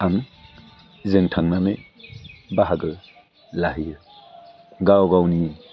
आं जों थांनानै बाहागो लाहैयो गाव गावनि